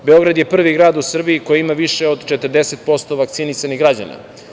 Beograd je prvi grad u Srbiji koji ima više od 40% vakcinisanih građana.